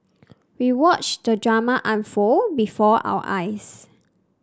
we watched the drama unfold before our eyes